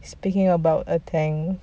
speaking about a tank